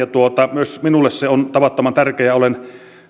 myös minulle se on tavattoman tärkeä asia olen